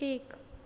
एक